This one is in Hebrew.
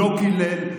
לא קילל,